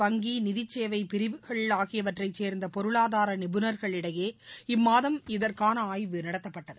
வங்கி நிதிச்சேவைபிரிவுகள் ஆகியவற்றைச் சேர்ந்தபொருளாதாரநிபுணர்களிடையே இம்மாதம் இதற்கானஆய்வு நடத்தப்பட்டது